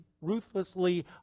Ruthlessly